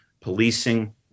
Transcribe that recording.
policing